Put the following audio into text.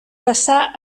passà